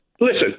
listen